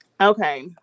Okay